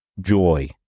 joy